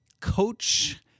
Coach